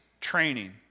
training